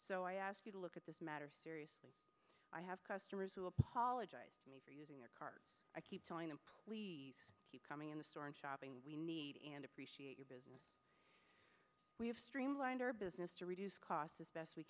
so i ask you to look at this matter seriously i have customers who apologize for using your card i keep telling them please keep coming in the store and shopping we need and appreciate your business we have streamlined our business to reduce costs as best we